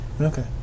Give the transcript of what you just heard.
Okay